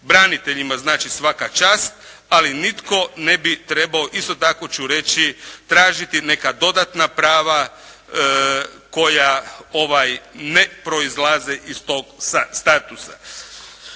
Braniteljima znači svaka čast ali nitko ne bi trebao, isto tako ću reći, tražiti neka dodatna prava koja ne proizlaze iz tog statusa.